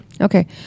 Okay